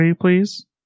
please